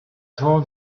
told